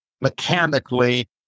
mechanically